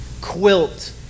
quilt